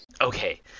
Okay